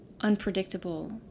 unpredictable